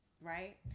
Right